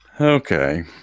Okay